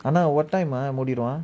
ஆனா:aana what time ah முடிடுவான்:mudiduvaan